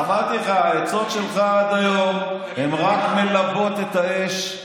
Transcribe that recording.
אמרתי לך, העצות שלך עד היום רק מלבות את האש,